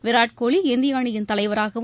வீராட் கோலி இந்திய அணியின் தலைவராகவும்